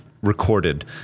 recorded